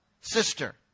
sister